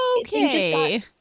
okay